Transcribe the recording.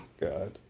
God